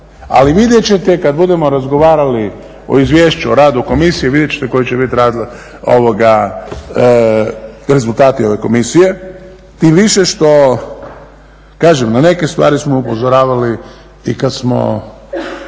Ali vidjet ćete kad budemo razgovarali o izvješću o radu Komisije vidjet ćete koji će biti rezultati ove Komisije tim više što kažem na neke stvari smo upozoravali i kad smo